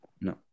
No